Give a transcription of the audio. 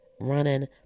running